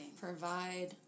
provide